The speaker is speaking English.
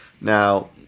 Now